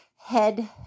head